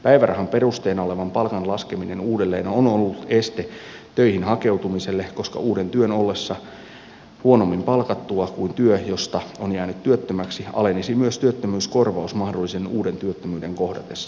päivärahan perusteena olevan palkan laskeminen uudelleen on ollut este töihin hakeutumiselle koska uuden työn ollessa huonommin palkattua kuin työ josta on jäänyt työttömäksi alenisi myös työttömyyskorvaus mahdollisen uuden työttömyyden kohdatessa